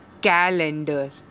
calendar